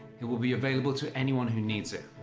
it will be available to anyone who needs it.